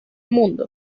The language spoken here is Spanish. mundo